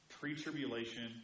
pre-tribulation